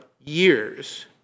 years